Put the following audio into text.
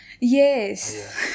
Yes